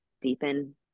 deepen